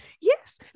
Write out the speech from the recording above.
yes